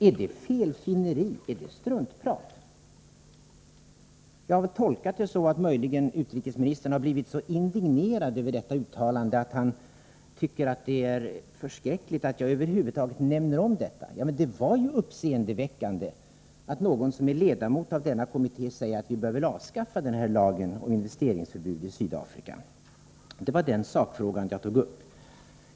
Är det felfinneri? Är det struntprat? Jag har tolkat det så, att utrikesministern möjligen har blivit så indignerad över detta uttalande att han tycker att det är förskräckligt att jag över huvud taget omnämner det. Men det var ju uppseendeväckande att någon som är ledamot av denna utredning sade att vi bör avskaffa lagen om investeringsförbud i Sydafrika. Det var den sakfrågan som jag tog upp.